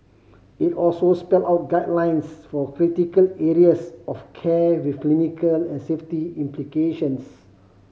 it also spelled out guidelines for critical areas of care with clinical and safety implications